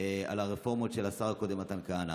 על הרפורמות של השר הקודם, מתן כהנא.